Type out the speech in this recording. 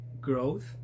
growth